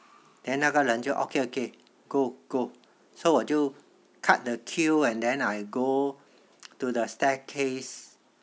then 那个人就 okay okay go go so 我就 cut the queue and then I go to the staircase